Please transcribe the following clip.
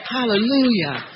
Hallelujah